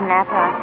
Napa